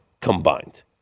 Combined